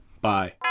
Bye